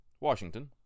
Washington